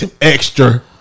Extra